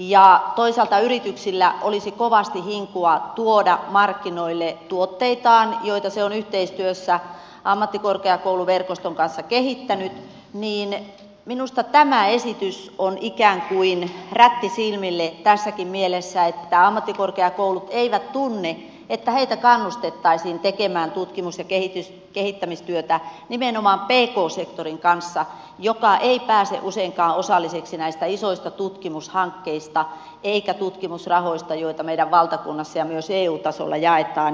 ja toisaalta yrityksillä olisi kovasti hinkua tuoda markkinoille tuotteitaan joita se on yhteistyössä ammattikorkeakouluverkoston kanssa kehittänyt niin minusta tämä esitys on ikään kuin rätti silmille tässäkin mielessä että ammattikorkeakoulut eivät tunne että heitä kannustettaisiin tekemään tutkimus ja kehittämistyötä nimenomaan pk sektorin kanssa joka ei pääse useinkaan osalliseksi näistä isoista tutkimushankkeista eikä tutkimusrahoista joita meidän valtakunnassa ja myös eu tasolla jaetaan